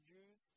Jews